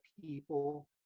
people